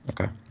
Okay